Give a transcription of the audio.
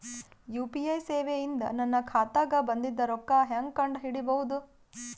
UPI ಸೇವೆ ಇಂದ ನನ್ನ ಖಾತಾಗ ಬಂದಿದ್ದ ರೊಕ್ಕ ಹೆಂಗ್ ಕಂಡ ಹಿಡಿಸಬಹುದು?